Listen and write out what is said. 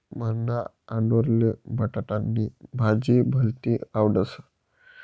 मन्हा आंडोरले बटाटानी भाजी भलती आवडस